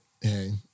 hey